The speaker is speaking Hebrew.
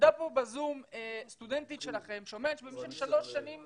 עמדה פה בזום סטודנטית שלכם שאומרת שבמשך שלוש שנים